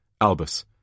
Albus